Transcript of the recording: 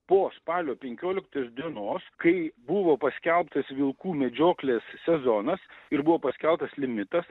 po spalio penkioliktos dienos kai buvo paskelbtas vilkų medžioklės sezonas ir buvo paskelbtas limitas